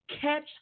catch